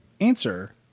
answer